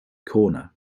corner